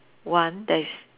one that is